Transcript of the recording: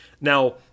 Now